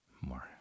more